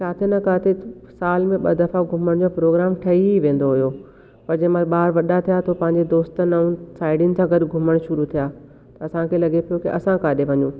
किते न किते साल में ॿ दफ़ा घुमण जो प्रोग्राम ठही ई वेंदो हुओ पर जे महिल ॿार वॾा थिया त पंहिंजे दोस्तनि ऐं साहेड़ियुनि सां गॾु घुमण शुरू थिया त असांखे लॻे पियो के असां काॾे वञूं